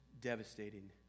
devastating